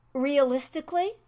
Realistically